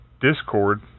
Discord